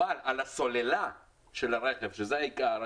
אבל על הסוללה של הרכב שזה העיקר,